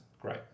great